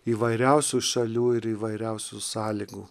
įvairiausių šalių ir įvairiausių sąlygų